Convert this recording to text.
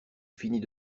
finit